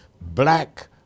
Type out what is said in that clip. black